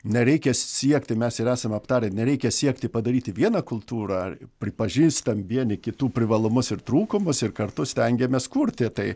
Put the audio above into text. nereikia siekti mes ir esam aptarę nereikia siekti padaryti vieną kultūrą pripažįstam vieni kitų privalumus ir trūkumus ir kartu stengiamės kurti tai